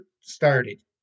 started